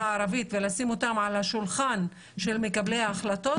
הערבית ולשים אותם על השולחן של מקבלי ההחלטות,